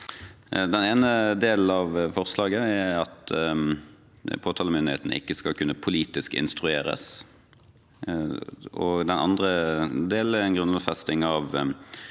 Den ene delen av forslaget er at påtalemyndigheten ikke skal kunne politisk instrueres, og den andre delen er en grunnlovfesting av